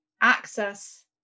access